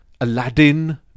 Aladdin